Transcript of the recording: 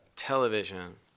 television